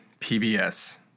PBS